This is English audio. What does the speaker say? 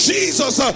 Jesus